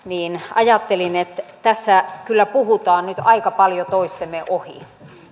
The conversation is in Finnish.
ajattelin että tässä kyllä puhutaan nyt aika paljon toistemme ohi